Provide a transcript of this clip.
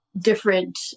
different